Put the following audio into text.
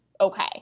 okay